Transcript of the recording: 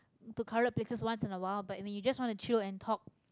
to crowded places once in awhile but I mean you just want to chill and talk